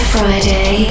Friday